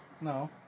No